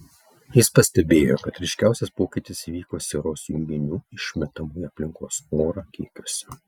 jis pastebėjo kad ryškiausias pokytis įvyko sieros junginių išmetamų į aplinkos orą kiekiuose